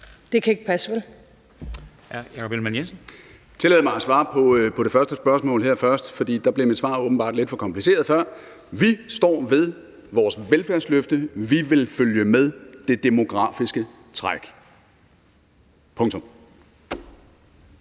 Ellemann-Jensen. Kl. 13:33 Jakob Ellemann-Jensen (V): Jeg vil tillade mig at svare på det første spørgsmål her først, for der blev mit svar åbenbart lidt for kompliceret før: Vi står ved vores velfærdsløfte, vi vil følge med det demografiske træk – punktum.